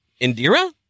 Indira